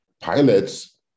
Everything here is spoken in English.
pilots